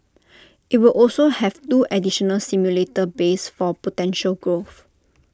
IT will also have two additional simulator bays for potential growth